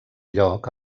lloc